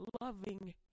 loving